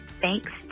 Thanks